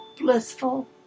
blissful